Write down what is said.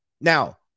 Now